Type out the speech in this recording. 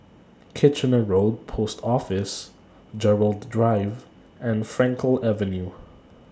Kitchener Road Post Office Gerald Drive and Frankel Avenue